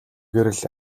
гэрэл